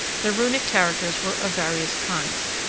the runic characters were of various kinds.